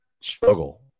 struggle